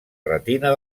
retina